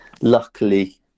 luckily